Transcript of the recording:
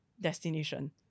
destination